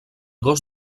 gos